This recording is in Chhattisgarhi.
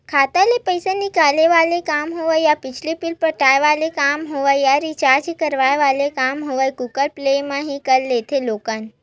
खाता ले पइसा निकाले वाले काम होय या बिजली बिल पटाय वाले काम होवय या रिचार्ज कराय वाले काम होवय गुगल पे म ही कर लेथे लोगन